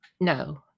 No